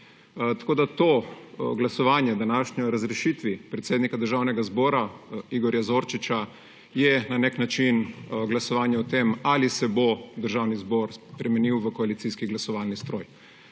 Tako da to današnje glasovanje o razrešitvi predsednika Državnega zbora Igorja Zorčiča je na nek način glasovanje o tem, ali se bo Državni zbor spremenil v koalicijski glasovalni stroj.